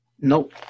Nope